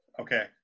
Okay